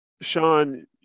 Sean